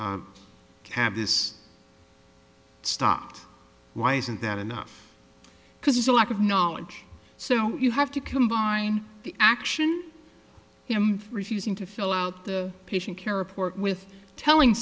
this stopped why isn't that enough because there's a lack of knowledge so you have to combine the action you know refusing to fill out the patient care report with telling